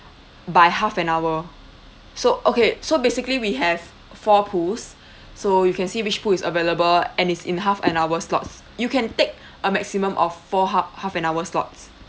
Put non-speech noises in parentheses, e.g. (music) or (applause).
by half an hour so okay so basically we have four pools (breath) so you can see which pools is available and it's in half an hour slots you can take a maximum of four ha~ half an hour slots